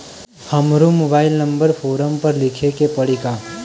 हमरो mobile number form पर लिखे के पड़ी का?